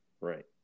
Right